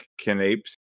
Canapes